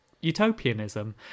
utopianism